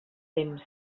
temps